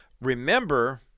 Remember